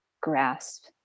grasp